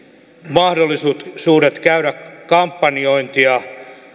mahdollisuudet käydä kampanjointia